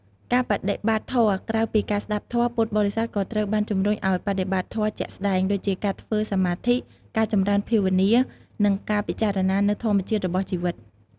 ការបដិបត្តិធម៌ ក្រៅពីការស្ដាប់ធម៌ ពុទ្ធបរិស័ទក៏ត្រូវបានជំរុញឱ្យបដិបត្តិធម៌ជាក់ស្តែង ដូចជាការធ្វើសមាធិ ការចម្រើនភាវនា និងការពិចារណានូវធម្មជាតិរបស់ជីវិត។